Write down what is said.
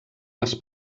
les